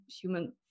human